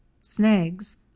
Snags